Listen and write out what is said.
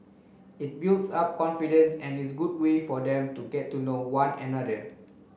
it builds up confidence and is good way for them to get to know one another